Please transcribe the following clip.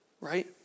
right